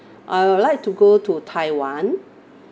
I would like to go to taiwan